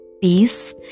peace